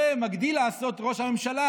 ומגדיל לעשות ראש הממשלה,